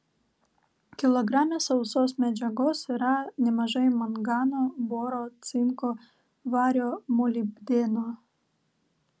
kilograme sausos medžiagos yra nemažai mangano boro cinko vario molibdeno